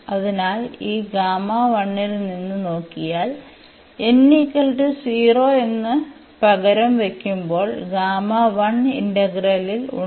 അതിനാൽ ഈ ൽ നിന്ന് നോക്കിയാൽ n 0 എന്ന് പകരം വയ്ക്കുമ്പോൾ ഇന്റഗ്രലിൽ ഉണ്ട്